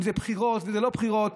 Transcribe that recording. אם זה בחירות וזה לא בחירות,